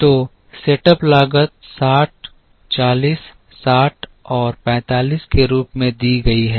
तो सेटअप लागत 60 40 60 और 45 के रूप में दी गई है